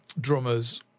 drummers